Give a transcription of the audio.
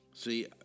See